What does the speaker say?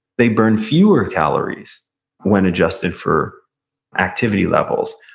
they burn fewer calories when adjusted for activity levels.